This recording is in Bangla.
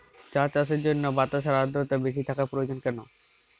চা চাষের জন্য বাতাসে আর্দ্রতা বেশি থাকা প্রয়োজন কেন?